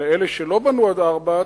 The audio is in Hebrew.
ולאלה שלא בנו עד ארבע,